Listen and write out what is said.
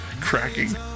cracking